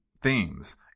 themes